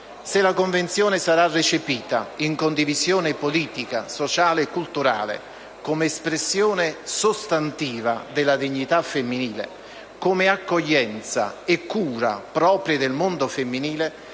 Se la Convenzione sarà recepita - in condivisione politica, sociale e culturale - come espressione sostantiva della dignità femminile, come accoglienza e cura proprie del mondo femminile,